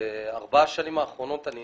בארבע השנים האחרונות אני